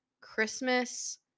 Christmas